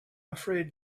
afraid